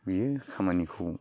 बियो खामानिखौ